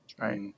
Right